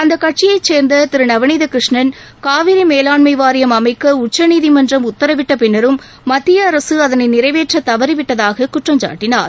அந்த கட்சியைச் சேர்ந்த திரு நவநீதகிருஷ்ணன் காவிரி மேலாண்மை வாரியம் அமைக்க உச்சநீதிமன்றம் உத்தரவிட்ட பின்னரும் மத்திய அரசு அதனை நிறைவேற்ற தவறிவிட்டதாக குற்றம்சாட்டினார்